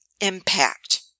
impact